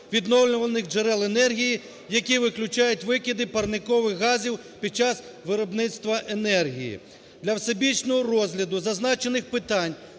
відновлювальних джерел енергії, які виключають викиди парникових газів під час виробництва енергії. Для всебічного розгляду зазначених питань